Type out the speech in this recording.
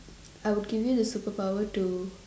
I would give you the superpower to